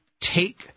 take –